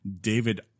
David